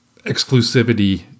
exclusivity